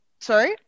sorry